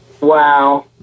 Wow